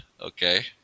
Okay